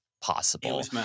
possible